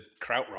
Krautrock